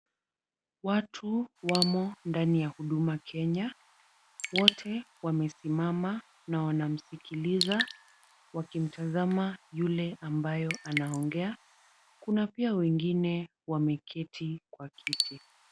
Watu wamo ndani ya huduma kenya, wote wamesimama na wanamsikiliza wakimtazama yule ambaye anaongea. Kuna pia wengine wameketi kwa kiti.